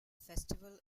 festival